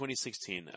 2016